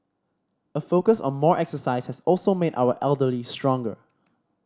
a focus on more exercise has also made our elderly stronger